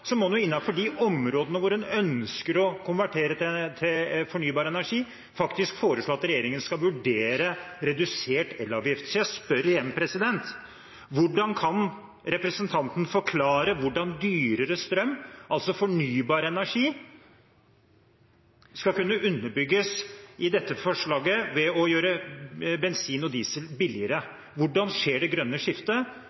Så må en jo innenfor de områdene hvor en ønsker å konvertere til fornybar energi, faktisk foreslå at regjeringen skal vurdere redusert elavgift. Så jeg spør igjen: Hvordan kan representanten forklare at dyrere strøm, altså fornybar energi, skal kunne underbygges i dette forslaget om å gjøre bensin og diesel billigere? Hvordan skjer det grønne skiftet?